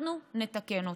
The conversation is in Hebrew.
אנחנו נתקן אותו.